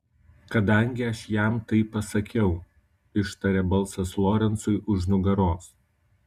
kadangi aš jam tai pasakiau ištarė balsas lorencui už nugaros